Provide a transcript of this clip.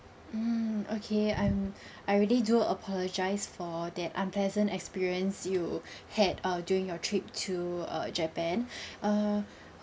mm okay I'm I really do apologise for that unpleasant experience you had uh during your trip to uh japan err